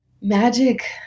magic